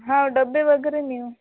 हो डबे वगैरे नेऊ